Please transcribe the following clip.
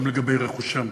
גם לגבי רכושם.